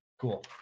cool